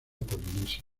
polinesia